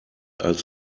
als